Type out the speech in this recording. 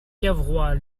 cavrois